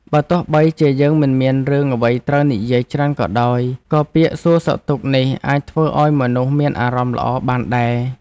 បើទោះបីជាយើងមិនមានរឿងអ្វីត្រូវនិយាយច្រើនក៏ដោយ ក៏ពាក្យសួរសុខទុក្ខនេះអាចធ្វើឱ្យមនុស្សមានអារម្មណ៍ល្អបានដែរ។